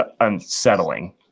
unsettling